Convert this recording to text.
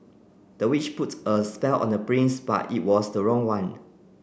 the witch put a spell on the prince but it was the wrong one